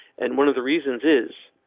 and one of the reasons is